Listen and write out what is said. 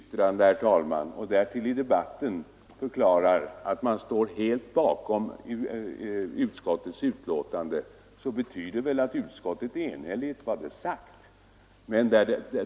Herr talman! Avger man ett särskilt yttrande och förklarar man därtill i debatten att man står helt bakom utskottets betänkande, så betyder det väl att vad utskottet sagt är enhälligt.